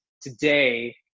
today